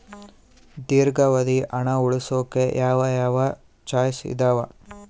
ದೇರ್ಘಾವಧಿ ಹಣ ಉಳಿಸೋಕೆ ಯಾವ ಯಾವ ಚಾಯ್ಸ್ ಇದಾವ?